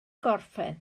gorffen